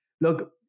Look